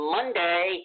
Monday